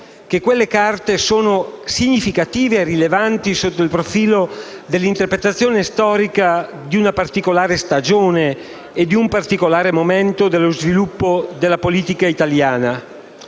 che quelle carte sono significative e rilevanti sotto il profilo dell'interpretazione storica di una particolare stagione e di uno specifico momento dello sviluppo della politica italiana.